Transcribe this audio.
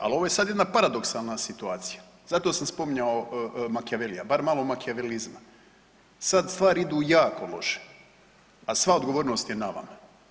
Ali ovo je sad jedna paradoksalna situacija zato sam spominjao Makewelia bar malo makevelizma sad stvari idu jako loše, a sva odgovornost je na vama.